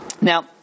Now